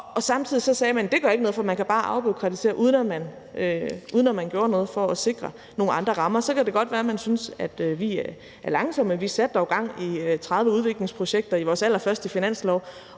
Samtidig sagde man, at det gør ikke noget, for man kan bare afbureaukratisere, uden at man gjorde noget for at sikre nogle andre rammer. Så kan det godt være, at man synes, at vi er langsomme, men vi satte dog gang i 30 udviklingsprojekter i vores allerførste finanslov,